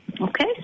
Okay